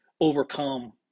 overcome